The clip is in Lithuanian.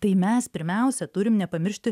tai mes pirmiausia turim nepamiršti